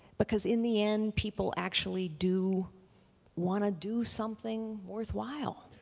because in the end people actually do want to do something worthwhile.